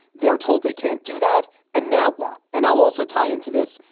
they are told they can't do that. and now what? and i'll also tie into this.